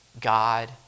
God